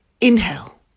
Inhale